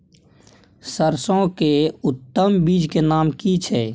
सरसो के उत्तम बीज के नाम की छै?